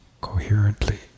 coherently